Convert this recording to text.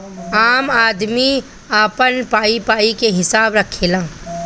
आम आदमी अपन पाई पाई के हिसाब रखेला